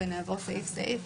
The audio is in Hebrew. נעבור סעיף-סעיף,